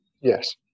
Yes